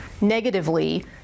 negatively